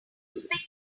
spit